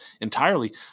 entirely